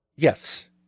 yes